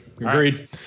Agreed